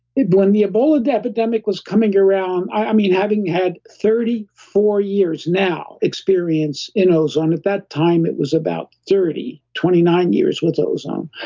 when the ebola epidemic was coming around, i mean, having had thirty four years now experience in ozone, at that time, it was about thirty, twenty nine years with ozone,